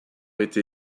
été